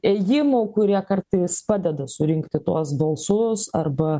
ėjimų kurie kartais padeda surinkti tuos balsus arba